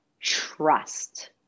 trust